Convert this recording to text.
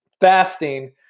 fasting